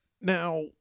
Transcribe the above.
Now